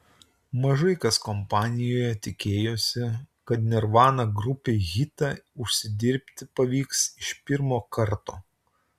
mažai kas kompanijoje tikėjosi kad nirvana grupei hitą užsidirbti pavyks iš pirmo karto